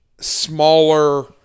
smaller